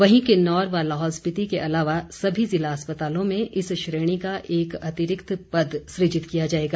वहीं किन्नौर व लाहौल स्पीति के अलावा सभी जिला अस्पतालों में इस श्रेणी का एक अतिरिक्त पद सुजित किया जाएगा